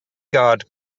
guard